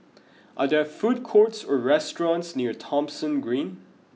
are there food courts or restaurants near Thomson Green